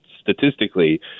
statistically